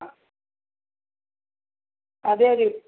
അതെ അതെ